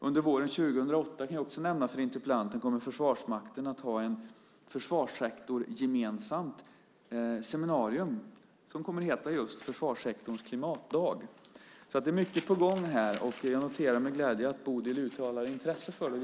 Under våren 2008, kan jag också nämna för interpellanten, kommer Försvarsmakten att ha ett försvarssektorsgemensamt seminarium som kommer att heta Försvarssektorns klimatdag. Det är mycket på gång, och jag noterar med glädje att Bodil uttalar intresse för detta.